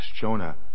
Jonah